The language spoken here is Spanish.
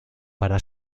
para